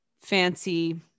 fancy